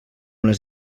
les